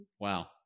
Wow